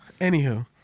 Anywho